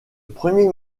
premier